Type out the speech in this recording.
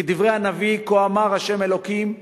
כדברי הנביא: "כה אמר ה' אלוקים,